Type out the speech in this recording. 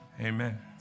amen